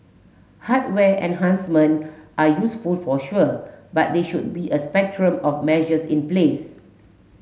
hardware enhancement are useful for sure but there should be a spectrum of measures in place